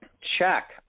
check